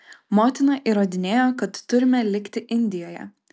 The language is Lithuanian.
motina įrodinėjo kad turime likti indijoje